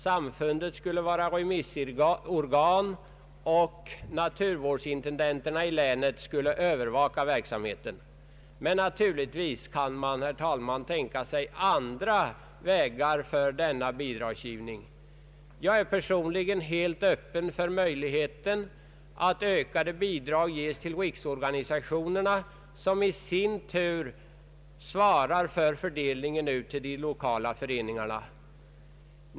Samfundet skulle vara remissorgan, och naturvårdsintendenterna i länen skuile övervaka verksamheten. Men naturligtvis kan man tänka sig andra vägar för denna bidragsgivning. Jag är personligen helt öppen för möjligheten att ökade bidrag ges till riksorganisationerna, som i sin tur svarar för fördelningen ut till de iokala föreningarna.